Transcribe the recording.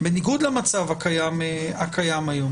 בניגוד למצב הקיים היום.